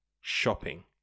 shopping